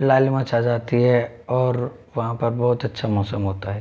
लालिमा छा जाती है और वहाँ का बहुत अच्छा मौसम होता है